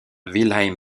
wilhelm